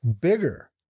bigger